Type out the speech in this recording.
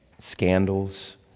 scandals